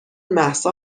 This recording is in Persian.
مهسا